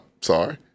Sorry